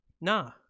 nah